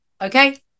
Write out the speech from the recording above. Okay